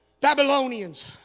Babylonians